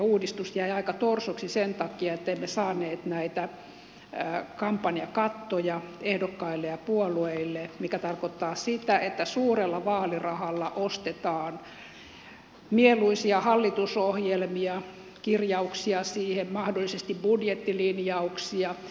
uudistus jäi aika torsoksi sen takia että emme saaneet kampanjakattoja ehdokkaille ja puolueille mikä tarkoittaa sitä että suurella vaalirahalla ostetaan mieluisia hallitusohjelmia kirjauksia siihen mahdollisesti budjettilinjauksia